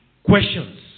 Questions